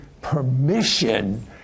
permission